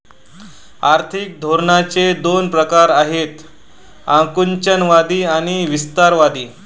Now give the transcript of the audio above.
आर्थिक धोरणांचे दोन प्रकार आहेत आकुंचनवादी आणि विस्तारवादी